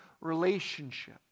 relationship